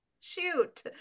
shoot